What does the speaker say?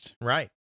Right